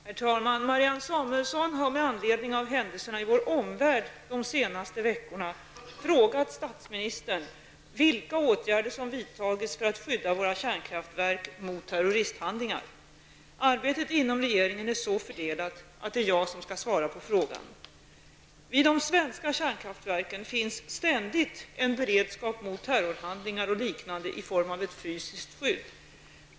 Herr talman! Marianne Samuelsson har med anledning av händelserna i vår omvärld de senaste veckorna frågat statsministern vilka åtgärder som vidtagits för att skydda våra kärnkraftverk mot terroristhandlingar. Arbetet inom regeringen är så fördelat att det är jag som skall svara på frågan. Vid de svenska kärnkraftverken finns ständigt en beredskap mot terrorhandlingar och liknande i form av ett fysiskt skydd.